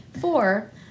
Four